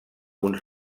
uns